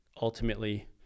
ultimately